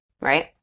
right